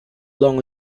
long